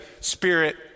Spirit